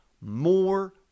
more